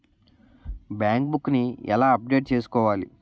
Bank book నీ ఎలా update చేసుకోవాలి?